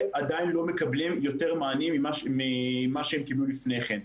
עדיין לא מקבלים יותר מענים ממה שהם קיבלו לפני כן.